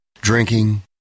drinking